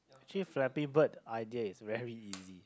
actually Flappy-Bird idea is very easy